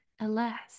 alas